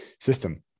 system